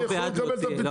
אנחנו לא בעד להוציא.